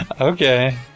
Okay